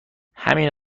همین